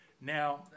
Now